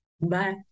Bye